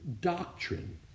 doctrine